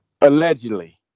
Allegedly